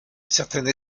certaines